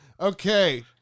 Okay